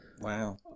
Wow